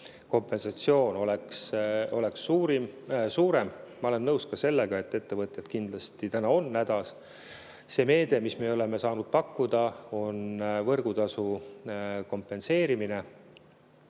kompensatsioon oleks suurem. Ma olen nõus ka sellega, et ettevõtjad kindlasti täna on hädas. See meede, mida me oleme saanud pakkuda, on võrgutasu kompenseerimine. Ja